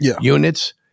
units